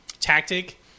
tactic